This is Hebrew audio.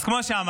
אז כמו שאמרתי,